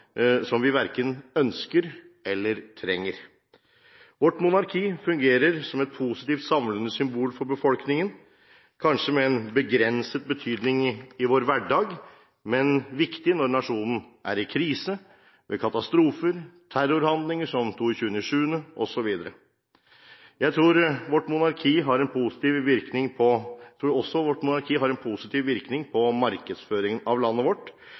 som vi verken ønsker eller trenger. Vårt monarki fungerer som et positivt og samlende symbol for befolkningen. Kanskje har det en begrenset betydning i vår hverdag, men det er viktig når nasjonen er i krise, ved katastrofer, terrorhandlinger som 22. juli osv. Jeg tror også vårt monarki har en positiv virkning på markedsføringen av landet vårt.